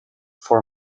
for